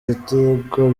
ibitego